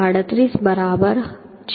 37 બરાબર છે